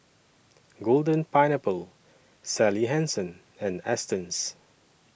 Golden Pineapple Sally Hansen and Astons